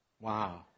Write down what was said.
Wow